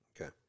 okay